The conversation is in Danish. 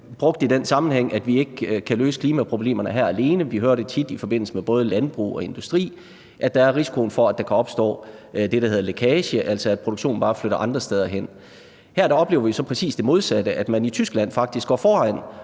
brugt i den sammenhæng, at vi ikke kan løse klimaproblemerne alene. Vi hører tit i forbindelse med både landbrug og industri, at der er risiko for, at der kan opstå det, der hedder lækage, altså at produktionen bare flytter andre steder hen. Her oplever vi så præcis det modsatte, nemlig at de i Tyskland faktisk går foran